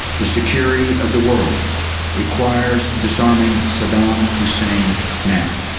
the security of the world requires disarming saddam hussein now.